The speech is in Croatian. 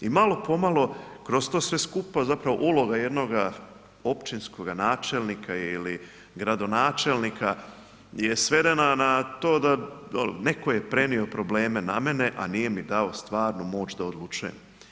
I malo pomalo kroz to sve skupa uloga jednoga općinskog načelnika ili gradonačelnika je svedena na to da neko je prenio probleme na mene, a nije mi dao stvarnu moć da odlučujem.